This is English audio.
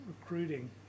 recruiting